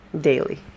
daily